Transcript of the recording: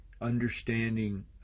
understanding